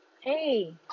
hey